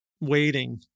waiting